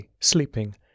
Sleeping